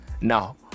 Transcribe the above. now